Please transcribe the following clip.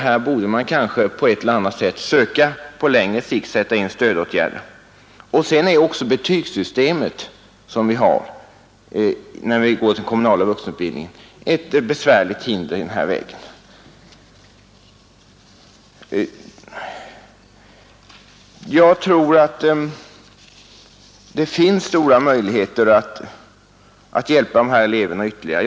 Här borde man kanske på ett eller annat sätt söka att på längre sikt sätta in stödåtgärder. Vidare är det betygssystem som vi har inom den kommunala vuxenutbildningen ett besvärligt hinder. Jag tror att det finns stora möjligheter att hjälpa de här eleverna ytterligare.